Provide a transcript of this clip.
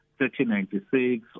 1396